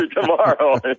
tomorrow